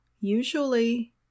usually